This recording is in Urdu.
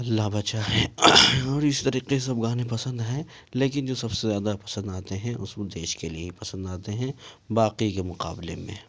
اللّہ بچائے اور اسی طریقے سے سب گانے پسند ہیں لیکن جو سب سے زیادہ پسند آتے ہیں دیش کے لیے ہی پسند آتے ہیں باقی کے مقابلے میں